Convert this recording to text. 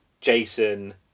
jason